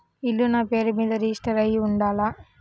ఇల్లు నాపేరు మీదే రిజిస్టర్ అయ్యి ఉండాల?